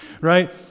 Right